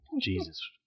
Jesus